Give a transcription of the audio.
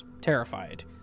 terrified